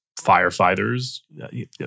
firefighters